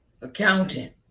Accountant